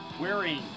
wearing